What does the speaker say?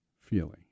feeling